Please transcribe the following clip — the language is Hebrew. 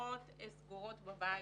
המשפחות סגורות בבית,